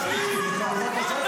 המליאה.